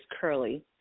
curly